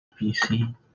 PC